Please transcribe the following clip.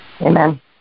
Amen